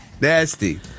Nasty